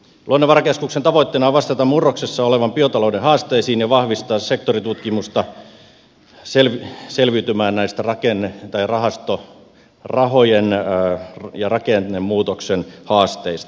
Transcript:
luonnonvarakeskuksen tavoitteena on vastata murroksessa olevan biotalouden haasteisiin ja vahvistaa sektoritutkimusta selviytymään näistä rahastorahojen ja rakennemuutoksen haasteista